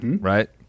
Right